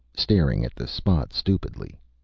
staring at the spot stupidly.